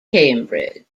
cambridge